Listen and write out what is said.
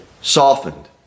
softened